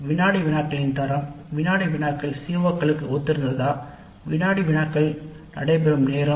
வினாடி வினாக்களின் தரம் வினாடி வினாக்கள் பாடத்திட்டத்திற்கு ஒத்திருக்கிறதா வினாடி வினாக்கள் நடைபெறும் நேரம்